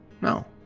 No